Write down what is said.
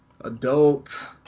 adult